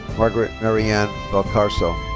margaret marianne valcarcel.